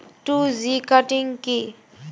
Two G cutting কি?